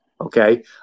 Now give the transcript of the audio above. Okay